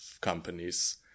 companies